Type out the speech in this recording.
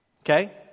Okay